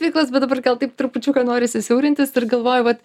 veiklas bet dabar gal taip trupučiuką norisi siaurintis ir galvoju vat